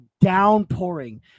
downpouring